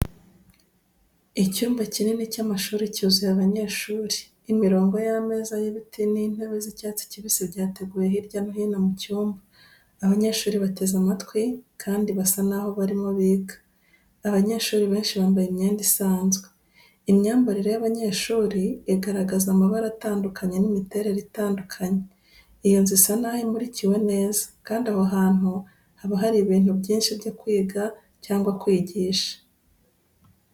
Icyumba kinini cy'amashuri cyuzuye abanyeshuri. Imirongo y'ameza y'ibiti n'intebe z'icyatsi kibisi byateguwe hirya no hino mu cyumba. Abanyeshuri bateze amatwi kandi basa naho barimo biga. Abanyeshuri benshi bambaye imyenda isanzwe. Imyambarire y'abanyeshuri igaragaza amabara atandukanye n'imiterere itandukanye. Iyo nzu isa naho imurikiwe neza. Kandi aho hantu haba hari ibintu byinshi byo kwiga cyangwa kwigisha.